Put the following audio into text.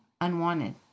unwanted